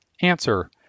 Answer